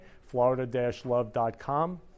florida-love.com